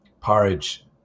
porridge